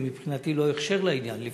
זה מבחינתי לא הכשר לעניין.